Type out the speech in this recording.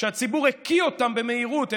שהציבור הקיא אותם במהירות,